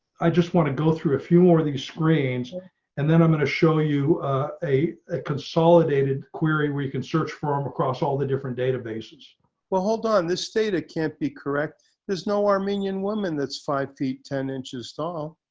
i just want to go through a few more of these screens and then i'm going to show you a a consolidated query, we can search from across all the different databases. mihran aroian well hold on this state. it can't be correct. there's no armenian woman that's five feet ten inches tall.